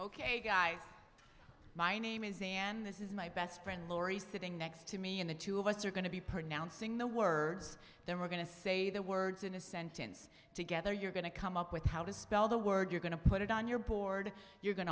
ok guys my name is dan this is my best friend laurie sitting next to me and the two of us are going to be pronouncing the words then we're going to say the words in a sentence together you're going to come up with how to spell the word you're going to put it on your board you're going